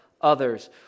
others